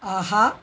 ஆஹா